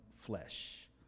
flesh